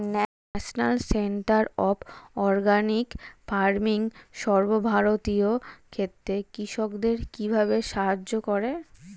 National centre of organic farming সর্বভারতীয় ক্ষেত্রে কৃষকদের কিভাবে সাহায্য করে?